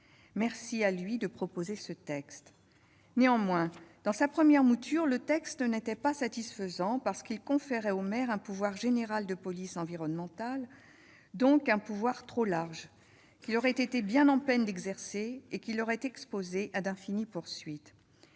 Merci à lui de proposer ce texte. Dans sa première mouture, la proposition de loi n'était pas satisfaisante en ce qu'elle conférait au maire un pouvoir général de police environnementale- donc trop large -qu'il aurait été bien en peine d'exercer et qui l'aurait exposé à d'infinies poursuites.